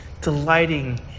delighting